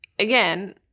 again